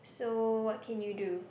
so what can you do